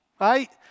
right